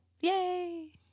Yay